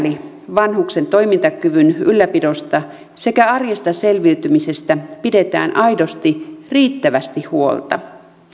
vanhuksen toimintakyvyn ylläpidosta sekä arjesta selviytymisestä pidetään aidosti riittävästi huolta